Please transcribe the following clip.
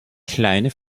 kleine